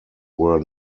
were